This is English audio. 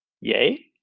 Yay